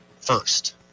first